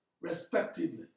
respectively